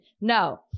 No